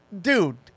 Dude